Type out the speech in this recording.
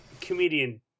comedian